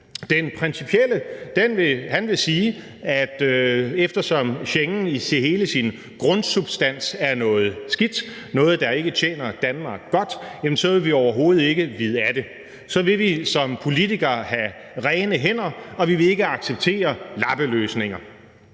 den principielle tilgang vil sige, at eftersom Schengensystemet i hele sin grundsubstans er noget skidt, noget, der ikke tjener Danmark godt, jamen så vil vi overhovedet ikke vide af det; så vil vi som politikere have rene hænder, og vi vil ikke acceptere lappeløsninger.